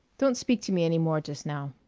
don't speak to me any more just now.